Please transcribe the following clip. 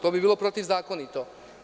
To bi bilo protivzakonito.